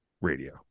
radio